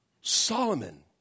Solomon